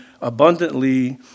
abundantly